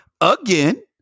again